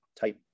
type